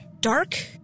Dark